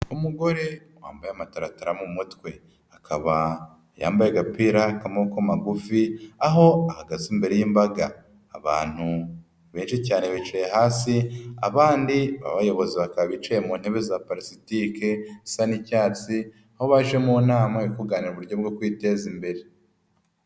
Umugore wambaye amataratara mu mutwe, akaba yambaye agapira k'amaboko magufi, aho ahagaze imbere y'imbaga. Abantu benshi cyane bicaye hasi, abandi bayobozi bakaba bicaye mu ntebe za palasitike zisa n'icyatsi, aho baje mu nama yo kuganira uburyo bwo kwiteza imbere.